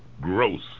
Gross